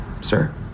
sir